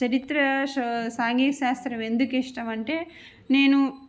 చరిత్ర షో సాంఘీక శాస్త్రం ఎందుకు ఇష్టం అంటే నేను